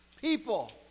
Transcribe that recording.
people